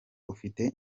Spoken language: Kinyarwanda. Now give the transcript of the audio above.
ufite